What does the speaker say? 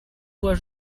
voix